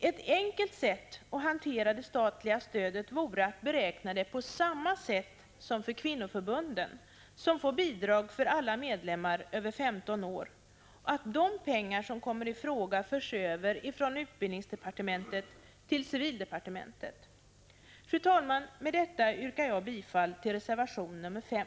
Ett enkelt sätt att hantera det statliga stödet vore att beräkna det på samma sätt som för kvinnoförbunden, som får bidrag för alla medlemmar över 15 år, och att föra över de pengar, som kommer i fråga, från utbildningsdepartementet till civildepartementet. Fru talman! Med detta yrkar jag bifall till reservation nr 5.